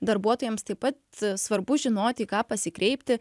darbuotojams taip pat svarbu žinoti į ką pasikreipti